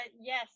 Yes